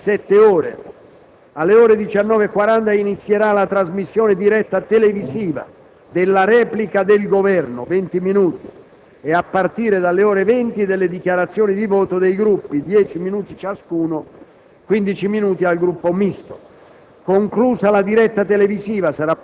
ripartite proporzionalmente tra i Gruppi sette ore. Alle ore 19,40 inizierà la trasmissione diretta televisiva della replica del Governo (venti minuti) e, a partire dalle ore 20, delle dichiarazioni dì voto dei Gruppi (dieci minuti ciascuno; quindici minuti al Gruppo Misto).